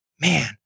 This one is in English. man